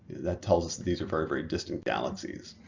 that tells us that these are very very distant galaxies.